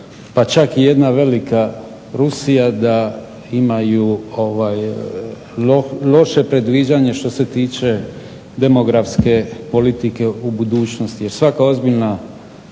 pa čak i jedna velika Rusija da imaju loše predviđanje što se tiče demografske politike u budućnosti. Jer svaka ozbiljna